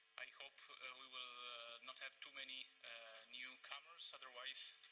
i hope we will not have too many newcomers. otherwise,